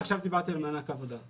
עד עכשיו דיברתי על מענק עבודה.